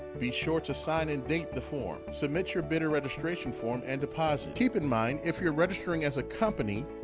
be sure to sign and date the form. submit your bidder registration form and deposit. keep in mind, if you're registering as a company,